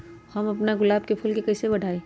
हम अपना गुलाब के फूल के कईसे बढ़ाई?